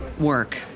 work